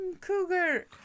Cougar